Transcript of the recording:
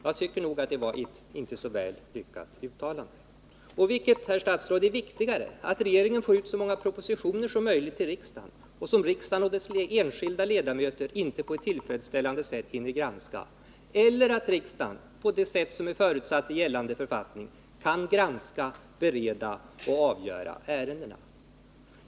Jag tycker inte detta var ett så lyckat uttalande. Vilket, herr statsråd, är viktigast: Att regeringen får ut så många propositioner som möjligt till riksdagen, som riksdagen och dess enskilda ledamöter inte på ett tillfredsställande sätt hinner granska, eller att riksdagen på det sätt som är förutsatt i gällande författning kan granska, bereda och avgöra ärendena?